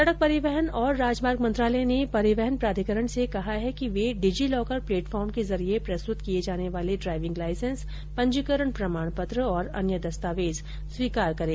सड़क परिवहन और राजमार्ग मंत्रालय ने परिवहन प्राधिकरण से कहा है कि वे डिजिलॉकर प्लेटफॉर्म के जरिये प्रस्तुत किये जाने वाले ड्राईविंग लाईसेंस पंजीकरण प्रमाण पत्र और अन्य दस्तावेज स्वीकार करें